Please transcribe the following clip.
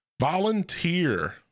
volunteer